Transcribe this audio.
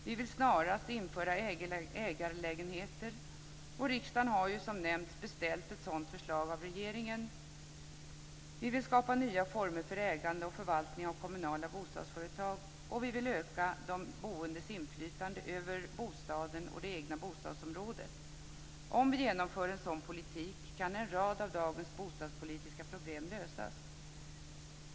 Vi vill snarast införa ägarlägenheter, och riksdagen har ju som nämnts beställt ett sådant förslag av regeringen. Vi vill skapa nya former för ägande och förvaltning av kommunala bostadsföretag. Och vi vill öka de boendes inflytande över bostaden och det egna bostadsområdet. Om vi genomför en sådan politik kan en rad av dagens bostadspolitiska problem lösas.